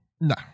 No